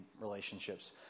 relationships